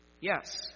Yes